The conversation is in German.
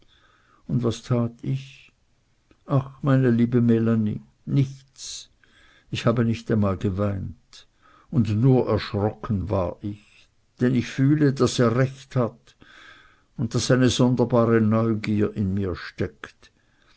und was tat ich ach meine liebe melanie nichts ich habe nicht einmal geweint und nur erschrocken war ich denn ich fühle daß er recht hat und daß eine sonderbare neugier in mir steckt